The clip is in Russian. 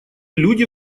люди